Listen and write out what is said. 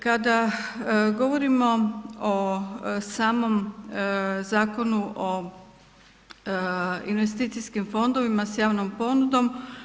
Kada govorimo o samom Zakonu o investicijskim fondovima s javnom ponudom.